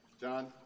John